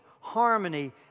harmony